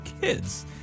kids